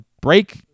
Break